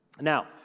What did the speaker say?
Now